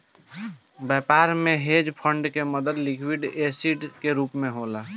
व्यापार में hedge fund के मदद लिक्विड एसिड के रूप होला